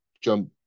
jump